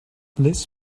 liz